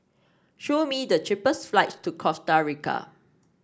show me the cheapest flights to Costa Rica